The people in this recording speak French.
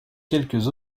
quelques